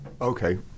Okay